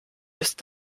ist